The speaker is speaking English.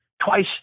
twice